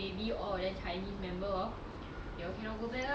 !huh! legit ah so this [one] they just stuck ah cannot go back